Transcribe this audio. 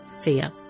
fear